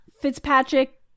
Fitzpatrick